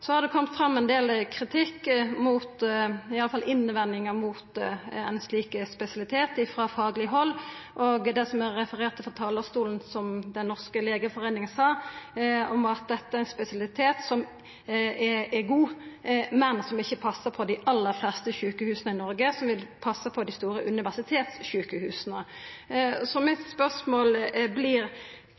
har kome fram ein del kritikk, iallfall innvendingar frå fagleg hald mot ein slik spesialitet. Eg refererte frå talarstolen det som Den norske legeforening sa, at dette er ein spesialitet som er god, og som vil passa på dei store universitetssjukehusa, men som ikkje passar på dei aller fleste sjukehusa i Noreg.